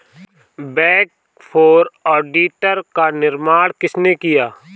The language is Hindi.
बिग फोर ऑडिटर का निर्माण किसने किया?